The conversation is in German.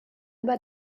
über